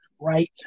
Right